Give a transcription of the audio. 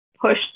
push